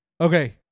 Okay